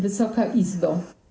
Wysoka Izbo!